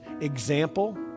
example